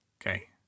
Okay